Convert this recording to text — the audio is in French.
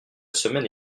semaine